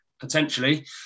potentially